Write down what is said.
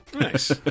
Nice